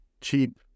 cheap